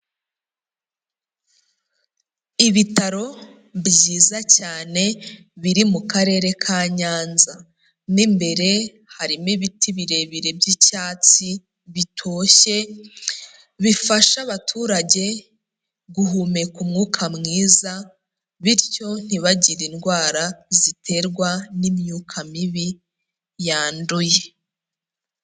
Ibitaro byiza cyane biri mu karere ka Nyanza, mo imbere harimo ibiti birebire by'icyatsi bitoshye, bifasha abaturage guhumeka umwuka mwiza bityo ntibagire indwara ziterwa n'imyuka mibi yanduye.